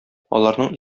аларның